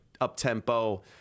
up-tempo